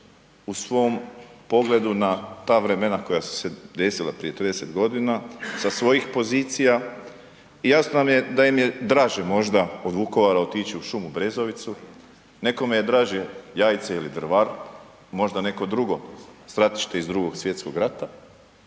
u svom pogledu na ta vremena koja su se desila prije 30.g. sa svojih pozicija i jasno nam je da im je draže možda od Vukovara otići u šumu Brezovicu, nekome je draže Jajce ili Drvar, možda neko drugo stratište iz Drugog svjetskog rata,